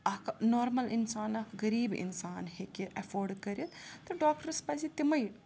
اکھ نارمَل اِنسان اَکھ غریٖب اِنسان ہٮ۪کہِ اٮ۪فٲڈ کٔرِتھ تہٕ ڈاکٹرَس پَزِ تِمَے